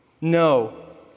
No